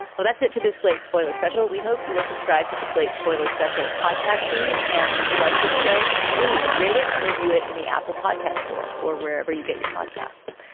well, that's it for this late spoiler special. we hope you will subscribe to the slate spoiler special podcast feed. and if you like the show, please read it and review it in the apple podcast store or wherever you get your podcast.